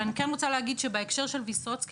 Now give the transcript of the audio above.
אבל אני כן רוצה להגיד שבהקשר של ויסוצקי